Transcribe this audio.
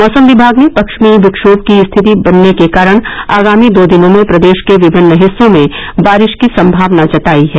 मौसम विभाग ने पश्चिमी विक्षोम की स्थिति बनने के कारण आगामी दो दिनों में प्रदेश के विभिन्न हिस्सों में बारिश की संभावना जतायी है